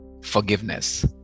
forgiveness